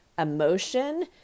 emotion